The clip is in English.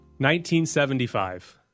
1975